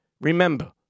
Remember